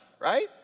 right